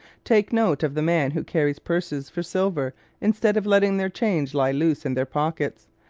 take note of the men who carry purses for silver instead of letting their change lie loose in their pockets.